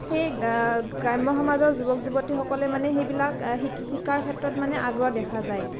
সেই গ্ৰাম্যসমাজৰ যুৱক যুৱতীসকলে মানে সেইবিলাক শিকাৰ ক্ষেত্ৰত মানে আগ্ৰহ দেখা যায়